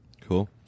Cool